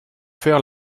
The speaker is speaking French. faire